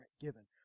given